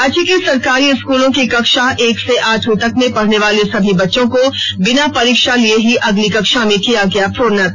राज्य के सरकारी स्कूलों की कक्षा एक से आठवीं तक में पढ़ने वाले सभी बच्चों को बिना परीक्षा लिये ही अगली कक्षा में किया गया प्रोन्नत